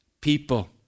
people